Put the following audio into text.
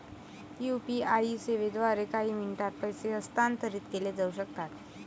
UPI सेवांद्वारे काही मिनिटांत पैसे हस्तांतरित केले जाऊ शकतात